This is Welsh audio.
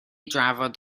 drafod